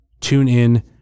TuneIn